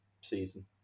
season